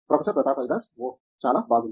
professor Pratap Haridas ఓహ్ చాలా బాగుంది